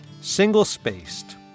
single-spaced